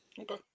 Okay